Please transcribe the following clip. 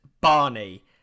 Barney